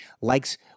likes